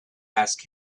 ask